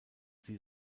sie